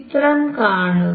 ചിത്രം കാണുക